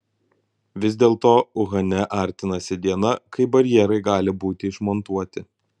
vis dėlto uhane artinasi diena kai barjerai gali būti išmontuoti